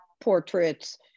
portraits